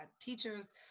teachers